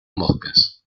moscas